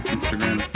Instagram